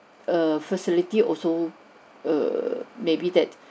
err facility also err maybe that